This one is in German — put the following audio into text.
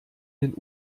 den